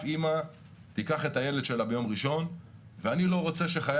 אמא תיקח את הילד שלה ביום ראשון ואני לא רוצה שחיל